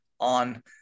on